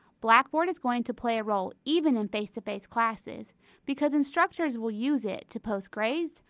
blackboard is going to play a role even in face to face classes because instructors will use it to post grades,